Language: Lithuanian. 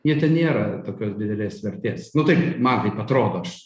jie nėra tokios didelės vertės nu taip man taip atrodo aš